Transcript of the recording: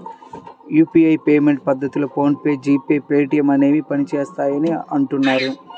UPI payment పద్ధతిలో PhonePe, G Pay, Paytm అనేవి పనిచేస్తాయని అంటున్నారు